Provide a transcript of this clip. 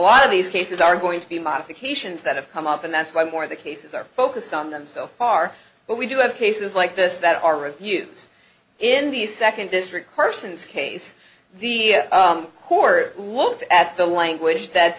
lot of these cases are going to be modifications that have come up and that's why more of the cases are focused on them so far but we do have cases like this that are of use in the second district persons case the who are looked at the language that's